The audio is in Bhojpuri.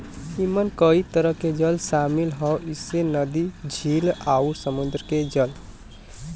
एमन कई तरह के जल शामिल हौ जइसे नदी, झील आउर समुंदर के जल